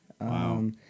Wow